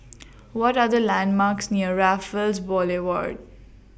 What Are The landmarks near Raffles Boulevard